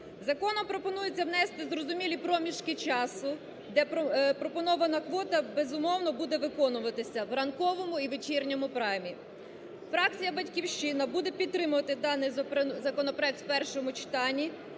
Законом пропонується внести зрозумілі проміжки часу, де пропонована квота, безумовно, буде виконуватися в раковому і вечірньому праймі. Фракція "Батьківщина" буде підтримувати даний законопроект в першому читанні,